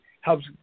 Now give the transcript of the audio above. helps